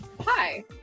Hi